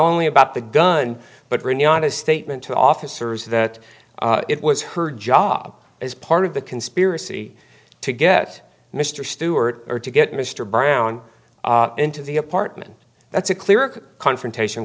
only about the gun but really on his statement to officers that it was her job as part of the conspiracy to get mr stewart or to get mr brown into the apartment that's a clear confrontation